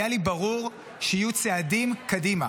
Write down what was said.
היה לי ברור שיהיו צעדים קדימה,